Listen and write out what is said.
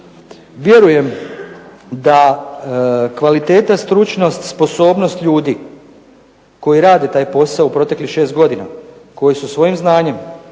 Vjerujem da kvaliteta, stručnost, sposobnost ljudi koji rade taj posao u proteklih 6 godina, koji su svojim znanjem,